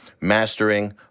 mastering